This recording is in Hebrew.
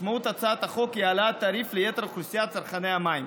משמעות הצעת החוק היא העלאת התעריף לאוכלוסיית צרכני המים.